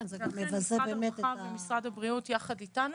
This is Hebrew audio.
לכן משרד הרווחה ומשרד הבריאות יחד איתנו